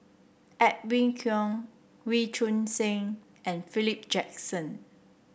Edwin Koek Wee Choon Seng and Philip Jackson